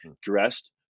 dressed